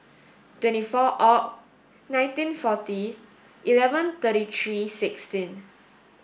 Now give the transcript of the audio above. twenty four Oct nineteen forty eleven thirty three sixteen